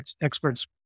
experts